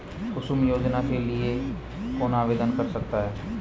कुसुम योजना के लिए कौन आवेदन कर सकता है?